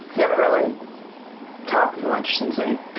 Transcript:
haven't really talked much since i